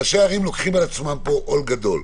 ראשי הערים לוקחים על עצמם פה עול גדול.